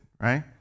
right